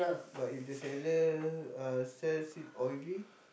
but if the seller uh sells it oily